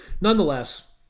nonetheless